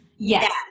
Yes